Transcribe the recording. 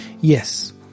Yes